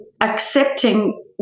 accepting